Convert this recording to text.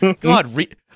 God